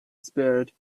spared